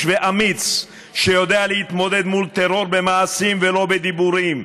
ואמיץ שיודע להתמודד מול טרור במעשים ולא בדיבורים.